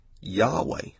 Yahweh